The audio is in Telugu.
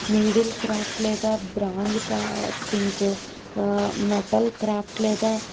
నీడిల్ క్రాఫ్ట్ లేదా బ్రాంజ్ కా స్ట్రింగ్స్ మెటల్ క్రాఫ్ట్ లేదా